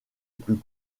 plus